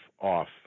off